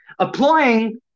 Applying